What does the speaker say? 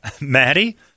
Maddie